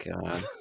God